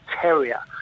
terrier